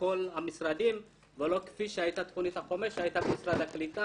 כל המשרדים ולא כפי שהיתה תכנית החומש במשרד הקליטה,